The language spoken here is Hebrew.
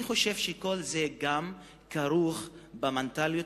אני חושב שכל זה כרוך גם במנטליות